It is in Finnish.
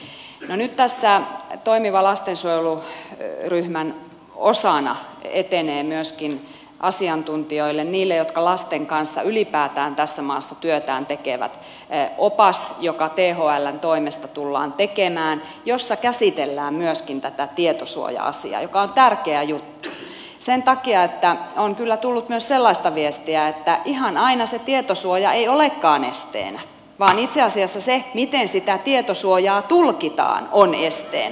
nyt tässä toimiva lastensuojelu ryhmän osana etenee myöskin asiantuntijoille niille jotka lasten kanssa ylipäätään tässä maassa työtään tekevät opas joka thln toimesta tullaan tekemään jossa käsitellään myöskin tätä tietosuoja asiaa joka on tärkeä juttu sen takia että on kyllä tullut myös sellaista viestiä että ihan aina se tietosuoja ei olekaan esteenä vaan itse asiassa se miten sitä tietosuojaa tulkitaan on esteenä